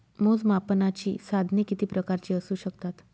मोजमापनाची साधने किती प्रकारची असू शकतात?